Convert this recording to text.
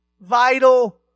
vital